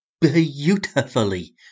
beautifully